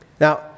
Now